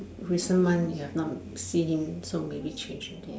recent month we have not seen him so many change already